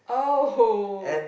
oh